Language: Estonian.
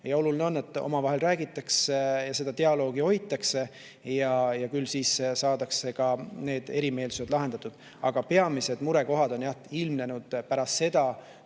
Oluline on, et omavahel räägitakse ja dialoogi hoitakse ja küll siis saadakse ka need erimeelsused lahendatud. Aga peamised murekohad on ilmnenud pärast seda,